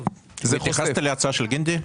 התייחסת להצעה של גינדי?